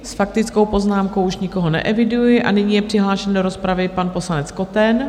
S faktickou poznámkou už nikoho neeviduji a nyní je přihlášen do rozpravy pan poslanec Koten.